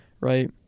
Right